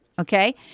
Okay